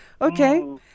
Okay